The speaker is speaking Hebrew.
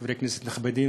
חברי כנסת נכבדים,